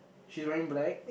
she's wearing black